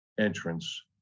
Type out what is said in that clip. entrance